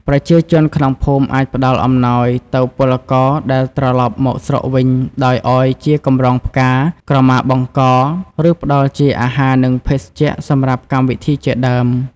ប្រជាជនក្នុងភូមិអាចផ្តល់អំណោយទៅពលករដែលត្រឡប់មកស្រុកវិញដោយឱ្យជាកម្រងផ្កា ក្រមាបង់ក ឬផ្ដល់ជាអាហារ និងភេសជ្ជៈសម្រាប់កម្មវិធីជាដើម ។